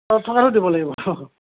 থকাটোও দিব লাগিব